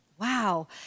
Wow